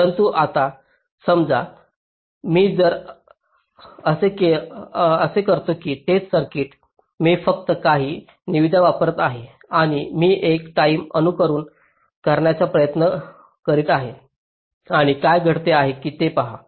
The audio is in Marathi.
परंतु आता समजा मी असे करतो की तेच सर्किट मी फक्त काही निविदा वापरत आहे आणि मी एक टाईम अनुकरण करण्याचा प्रयत्न करीत आहे आणि काय घडते आहे ते पहा